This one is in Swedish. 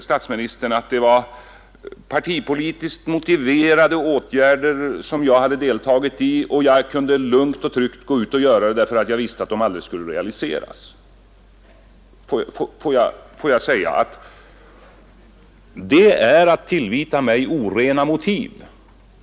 Statsministern säger att det var partipolitiskt motiverade åtgärder som jag hade varit med om att föreslå och att jag lugnt och tryggt kunde göra det eftersom jag visste att de aldrig skulle realiseras. Det är att tillvita mig orena motiv.